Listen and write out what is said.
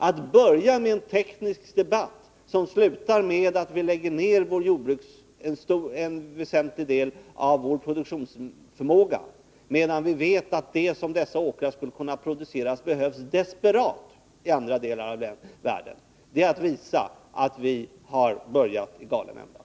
Att börja med en teknisk debatt som slutar med att vi lägger ned en väsentlig del av vår produktionsförmåga — samtidigt som vi vet att man i andra delar av världen är i desperat behov av det som våra åkrar skulle kunna producera — är att visa att vi har börjat i galen ända.